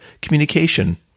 communication